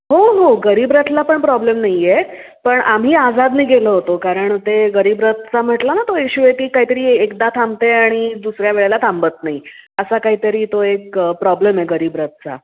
हो हो गरीबरथला पण प्रॉब्लेम नाही आहे पण आम्ही आजादने गेलो होतो कारण ते गरीबरथचा म्हटला ना तो इश्यू आहे ती काहीतरी एकदा थांबते आणि दुसऱ्या वेळेला थांबत नाही असा काहीतरी तो एक प्रॉब्लेम आहे गरीबरथचा